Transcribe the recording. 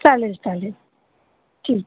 चालेल चालेल ठीक